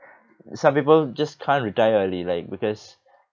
some people just can't retire early like because